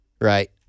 Right